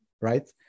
right